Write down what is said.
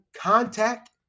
contact